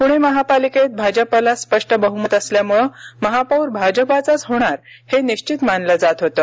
प्णे महापालिकेत भाजपाला स्पष्ट बहमत असल्यामुळे महापौर भाजपाचाच होणार हे निश्चित मानलं जात होतं